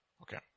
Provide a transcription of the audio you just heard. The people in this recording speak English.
Okay